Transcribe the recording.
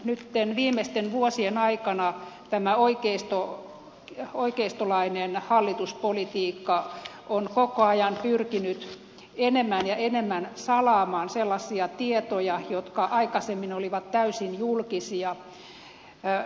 nyt viimeisten vuosien aikana tämä oikeistolainen hallituspolitiikka on koko ajan pyrkinyt enemmän ja enemmän salaamaan sellaisia tietoja jotka aikaisemmin olivat täysin julkisia